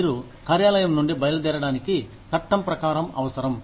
మీరు కార్యాలయం నుండి బయలుదేరడానికి చట్టం ప్రకారం అవసరం